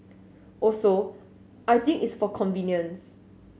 also I think it's for convenience